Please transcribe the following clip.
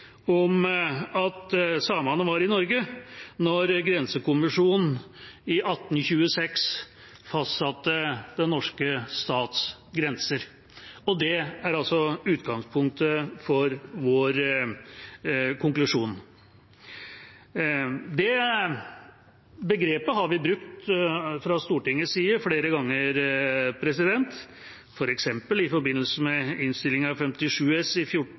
om at samene var i Norge da grensekommisjonen i 1826 fastsatte den norske stats grenser. Det er altså utgangspunktet for vår konklusjon. Det begrepet har vi brukt fra Stortingets side flere ganger, f.eks. i forbindelse med Innst. 57 S